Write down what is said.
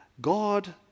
God